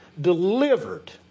delivered